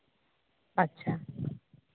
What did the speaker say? ᱟᱪᱪᱷᱟ